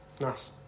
nice